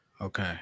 okay